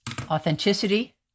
Authenticity